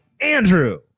Andrew